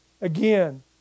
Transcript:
Again